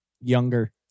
younger